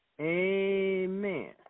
Amen